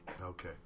Okay